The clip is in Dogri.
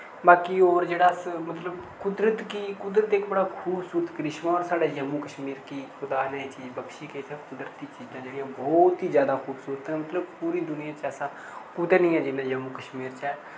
बाकी और जेह्ड़ा अस मतलब कुदरत कि कुदरत इक बड़ा खूबसूरत करिश्मा और साढ़े जम्मू कश्मीर गी खुदा नै एह् चीज बक्शी के इत्थै कुदरती चीजां जेह्ड़ियां ओह् बहुत ही ज्यादा खूबसूरत न मतलब पूरी दुनिया च ऐसा कुतै नेईं ऐ जिन्ना जम्मू कश्मीर च ऐ